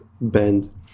bend